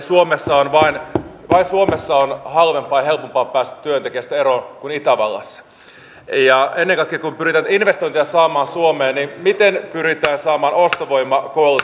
lisäksi haluan edustaja juvosen tavoin kiittää valtiovarainvaliokuntaa tästä päihdeäideille osoitetusta rahasta ja todeta ja toivoa että siinä löydetään kestävämpi ratkaisu pitkällä tähtäimellä